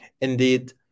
Indeed